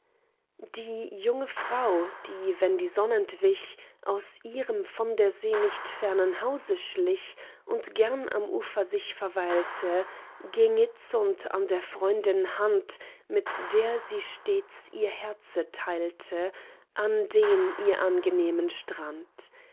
die junge frau die wenn die sonn entwich aus ihrem von der see nicht fernen hause schlich und gern am ufer sich verweilte ging itzund an der freundin hand mit der sie stets ihr herze teilte an den ihr angenehmen strand